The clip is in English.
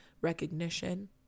recognition